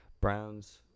Browns